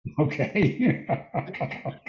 Okay